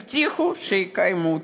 הבטיחו שיקיימו,